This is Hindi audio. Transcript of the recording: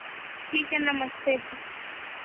ठीक है नमस्ते दी